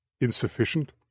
Insufficient